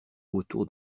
autour